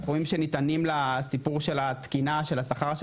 הסכומים שניתנים לסיפור של התקינה של השכר של